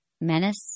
Menace